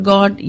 God